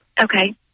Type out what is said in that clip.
Okay